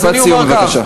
משפט סיום, בבקשה.